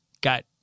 got